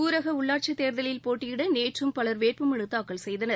ஊரக உள்ளாட்சித் தேர்தலில் போட்டியிட நேற்றும் பலர் வேட்புமனு தாக்கல் செய்தனர்